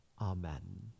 Amen